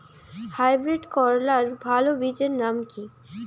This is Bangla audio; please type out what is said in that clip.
হাইব্রিড করলার ভালো বীজের নাম কি?